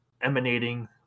emanating